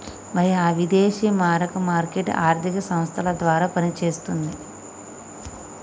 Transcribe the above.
మరి ఆ విదేశీ మారక మార్కెట్ ఆర్థిక సంస్థల ద్వారా పనిచేస్తుంది